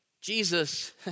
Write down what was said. Jesus